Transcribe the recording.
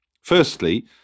Firstly